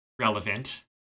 relevant